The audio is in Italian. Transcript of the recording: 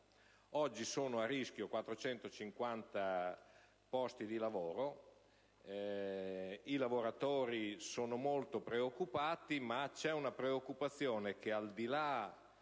Oggi sono a rischio 450 posti di lavoro. I lavoratori sono molto preoccupati, ma c'è una preoccupazione che va al di là